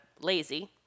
lazy